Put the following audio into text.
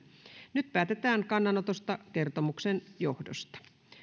nyt päätetään kannanotosta kertomuksen johdosta